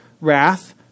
wrath